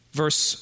verse